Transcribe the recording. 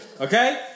Okay